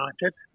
United